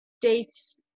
dates